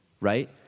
right